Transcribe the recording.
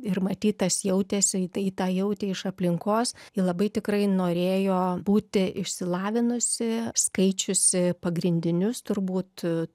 ir matyt tas jautėsi ji tai tą jautė iš aplinkos ji labai tikrai norėjo būti išsilavinusi skaičiusi pagrindinius turbūt